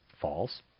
falls